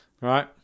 right